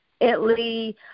Italy